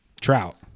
trout